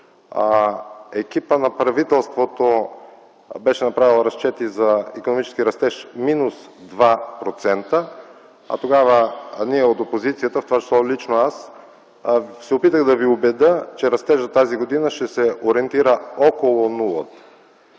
екипът на правителството беше направил разчети за икономически растеж минус 2%, а тогава ние, от опозицията, в това число лично аз се опитах да Ви убедя, че растежът тази година ще се ориентира около